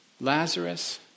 Lazarus